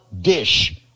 dish